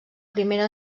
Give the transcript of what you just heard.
primera